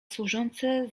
służące